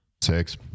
Six